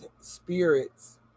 spirits